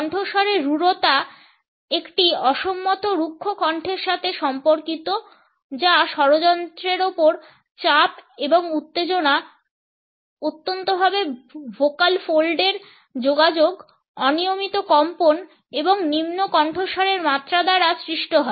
কণ্ঠস্বরে রূঢ়তা একটি অসম্মত রুক্ষ কণ্ঠের সাথে সম্পর্কিত যা স্বরযন্ত্রের ওপর চাপ এবং উত্তেজনা অত্যন্তভাবে ভোকাল ফোল্ডের যোগাযোগ অনিয়মিত কম্পন এবং নিম্ন কণ্ঠস্বরের মাত্রা দ্বারা সৃষ্ট হয়